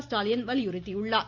ஸ்டாலின் வலியுறுத்தியுள்ளார்